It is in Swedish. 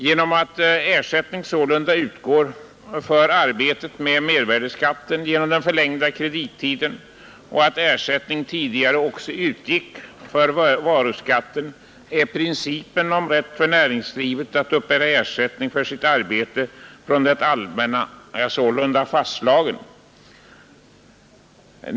Genom att ersättning utgår för arbetet med mervärdeskatten genom den förlängda kredittiden och då ersättning tidigare också utgick för varuskatten är principen om rätt för näringslivet att uppbära ersättning för sitt arbete från det allmänna sålunda fastslagen.